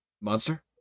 Monster